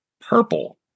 purple